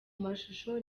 mashusho